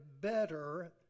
better